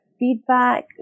feedback